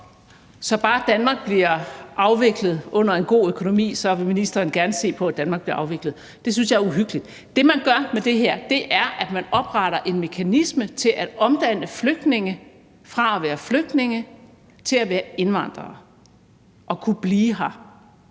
Så bare Danmark bliver afviklet under en god økonomi, vil ministeren gerne se på, at Danmark bliver afviklet. Det synes jeg er uhyggeligt. Det, man gør med det her, er, at man opretter en mekanisme til at omdanne flygtninge fra at være flygtninge til at være indvandrere og kunne blive her